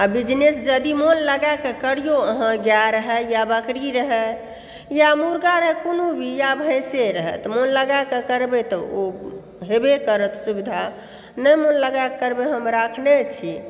आओर बिजनेस यदि मोन लगैके करियौ अहाँ गाय रहै या बकरी रहै या मुर्गा रहै कोनो भी या भैंसे रहै तऽ मोन लगैके करबै तऽ ओ हेबै करत सुविधा नहि मोन लगैके करबै हम राखने छी